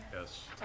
Yes